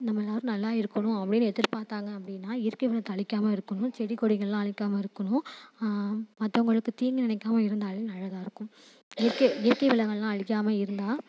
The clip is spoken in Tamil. நம்ம எல்லோரும் நல்லா இருக்கணும் அப்படின்னு எதிர்பார்த்தாங்க அப்படின்னா இயற்கை வளத்தை அழிக்காம இருக்கணும் செடிக்கொடிகள்லாம் அழிக்காம இருக்கணும் மற்றவங்களுக்கு தீங்கு நினைக்காமல் இருந்தாலே நல்லதாக இருக்கும் இயற்கை இயற்கை வளங்கள்லாம் அழிக்காம இருந்தால்